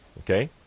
Okay